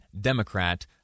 democrat